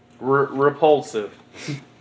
Repulsive